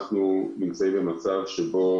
אנחנו נמצאים במצב שבו